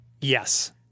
Yes